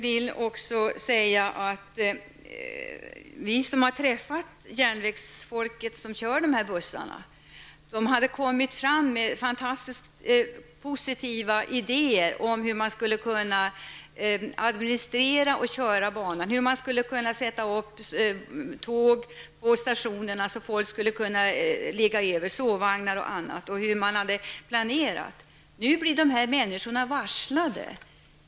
Vi har också träffat järnvägsfolk som kör de här bussarna. De hade kommit fram med fantastiskt positiva idéer om hur man skulle kunna administrera och köra banan. Man skulle kunna sätta upp tåg -- sovvagnar -- på stationerna så att folk skulle kunna ligga över. Man hade planerat. Nu blir dessa människor varslade.